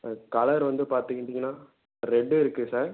அது கலர் வந்து பார்த்துக்கிட்டீங்கன்னா ரெட்டு இருக்குது சார்